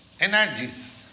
energies